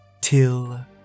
till